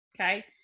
Okay